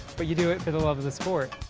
but you do it for the love of the sport.